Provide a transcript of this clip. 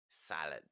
salad